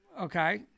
Okay